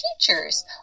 Teachers